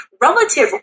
relative